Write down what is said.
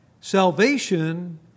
Salvation